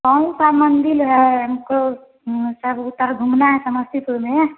कौन सा मंदिर है हमको घूमना है समस्तीपुर में